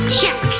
Check